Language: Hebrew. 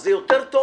זה טוב יותר.